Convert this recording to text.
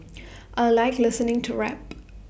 I Like listening to rap